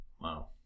wow